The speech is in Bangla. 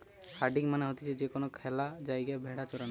হার্ডিং মানে হতিছে যে কোনো খ্যালা জায়গায় ভেড়া চরানো